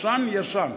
ישן-ישן.